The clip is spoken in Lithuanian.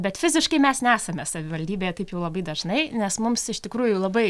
bet fiziškai mes nesame savivaldybėje taip jau labai dažnai nes mums iš tikrųjų labai